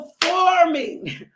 performing